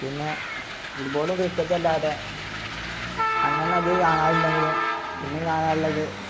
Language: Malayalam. പിന്നെ ഫുട്ബോളും ക്രിക്കറ്റും അല്ലാതെ അങ്ങനെ അധികം കാണാറില്ലെങ്കിലും പിന്നെ കാണാറുള്ളത്